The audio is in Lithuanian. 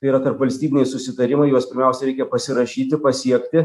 tai yra tarpvalstybiniai susitarimai juos pirmiausia reikia pasirašyti pasiekti